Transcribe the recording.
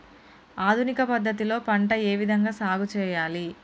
ఆధునిక పద్ధతి లో పంట ఏ విధంగా సాగు చేయాలి?